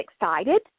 excited